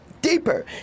deeper